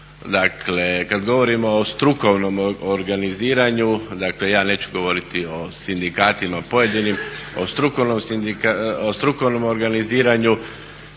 Dakle, kad govorimo o strukovnom organiziranju, dakle ja neću govoriti o sindikatima pojedinim, o strukovnom organiziranju,